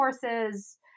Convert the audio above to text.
courses